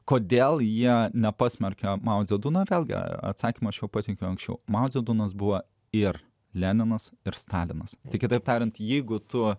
kodėl jie nepasmerkia mažiau būna vėlgi atsakymo aš patikiu anksčiau mao dze dunas buvo ir leninas ir stalinas tik kitaip tariant jeigu tu